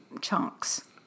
chunks